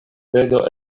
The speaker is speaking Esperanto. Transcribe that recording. kredo